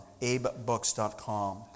abebooks.com